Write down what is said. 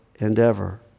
Endeavor